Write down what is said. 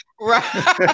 Right